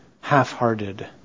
half-hearted